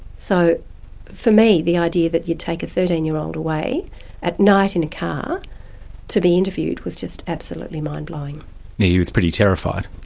so for me the idea that you take a thirteen year old away at night in a car to be interviewed was just absolutely mind-blowing. and he was pretty terrified.